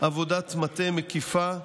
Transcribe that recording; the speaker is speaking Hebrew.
עבודת מטה מקיפה,